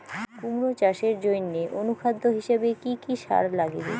কুমড়া চাষের জইন্যে অনুখাদ্য হিসাবে কি কি সার লাগিবে?